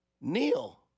Neil